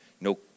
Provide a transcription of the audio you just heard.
no